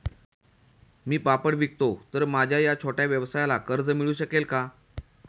मी पापड विकतो तर माझ्या या छोट्या व्यवसायाला कर्ज मिळू शकेल का?